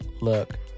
look